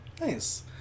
Nice